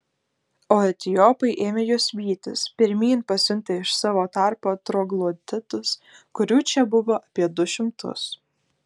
o etiopai ėmė juos vytis pirmyn pasiuntę iš savo tarpo trogloditus kurių čia buvo apie du šimtus